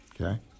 okay